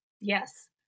Yes